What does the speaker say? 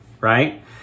right